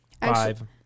Five